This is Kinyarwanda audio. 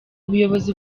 ubuyobozi